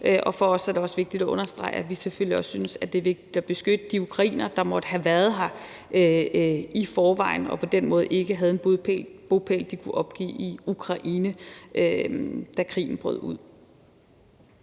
Og for os er det også vigtigt at understrege, at vi selvfølgelig også synes, at det er vigtigt at beskytte de ukrainere, der måtte have været her i forvejen og på den måde ikke havde en bopæl i Ukraine, de kunne opgive, da krigen brød ud.